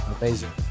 amazing